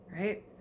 right